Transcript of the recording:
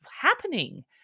happening